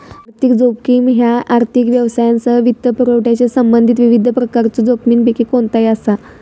आर्थिक जोखीम ह्या आर्थिक व्यवहारांसह वित्तपुरवठ्याशी संबंधित विविध प्रकारच्यो जोखमींपैकी कोणताही असा